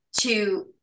to-